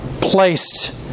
placed